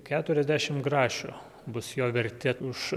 keturiasdešim grašių bus jo vertė už